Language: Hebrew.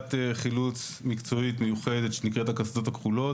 יחידת חילוץ מקצועית מיוחדת שנקראת ה"קסדות הכחולות"